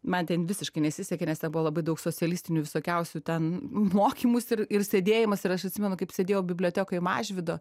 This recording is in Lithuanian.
man ten visiškai nesisekė nes ten buvo labai daug socialistinių visokiausių ten mokymųsi ir ir sėdėjimas ir aš atsimenu kaip sėdėjau bibliotekoj mažvydo